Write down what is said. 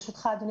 ברשותך, אדוני